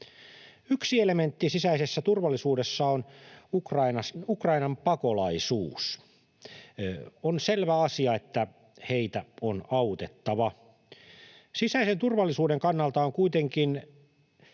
Yksi elementti sisäisessä turvallisuudessa on Ukrainan pakolaisuus. On selvä asia, että heitä on autettava. Sisäisen turvallisuuden kannalta on kuitenkin